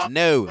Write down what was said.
no